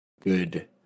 good